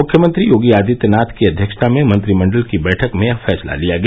मुख्यमंत्री योगी आदित्यनाथ की अध्यक्षता में मंत्रिमंडल की बैठक में यह फैसला लिया गया